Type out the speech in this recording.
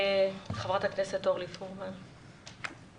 ח"כ אורלי פרומן בבקשה.